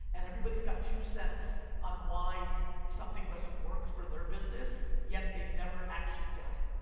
and everybody's got two cents on why something doesn't work for their business, yet they've never actually done it.